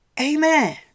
Amen